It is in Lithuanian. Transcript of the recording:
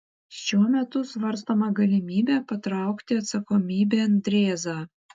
šiuo metu svarstoma galimybė patraukti atsakomybėn drėzą